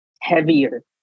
heavier